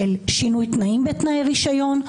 של שינוי תנאים בתנאי רישיון,